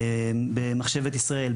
במחשבת ישראל,